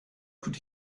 could